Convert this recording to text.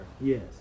yes